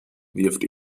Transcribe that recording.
wirft